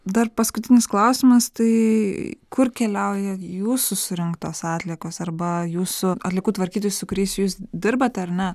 dar paskutinis klausimas tai kur keliauja jūsų surinktos atliekos arba jūsų atliekų tvarkytojai su kuriais jūs dirbat ar ne